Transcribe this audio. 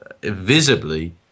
visibly